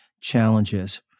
challenges